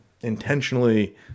Intentionally